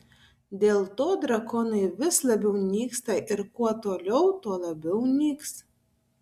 dėl to drakonai vis labiau nyksta ir kuo toliau tuo labiau nyks